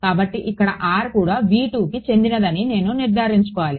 కాబట్టి ఇక్కడ r కూడా కి చెందినదని నేను నిర్ధారించుకోవాలి